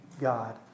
God